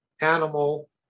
animal